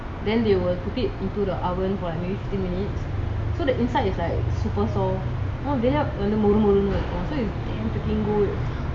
then they will put it into the oven for like maybe fifteen minutes so the inside is like super soft மொறு மொறுனு இருக்கும்:moru morunu irukum so it's damn freaking good